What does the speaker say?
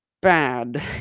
bad